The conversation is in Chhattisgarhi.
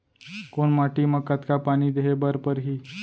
कोन माटी म कतका पानी देहे बर परहि?